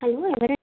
hello ఎవరండి